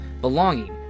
belonging